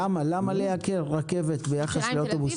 למה לייקר רכבת ביחס לאוטובוס?